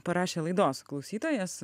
parašė laidos klausytojas